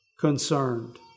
concerned